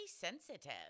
sensitive